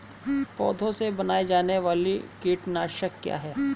पौधों से बनाई जाने वाली कीटनाशक क्या है?